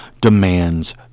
demands